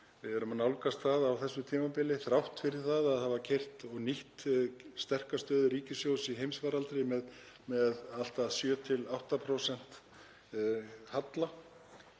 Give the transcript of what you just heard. við erum að nálgast það á þessu tímabili þrátt fyrir að hafa nýtt sterka stöðu ríkissjóðs í heimsfaraldri með allt að 7–8% halla,